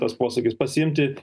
tas posakis pasiimti